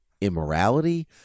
immorality